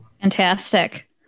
fantastic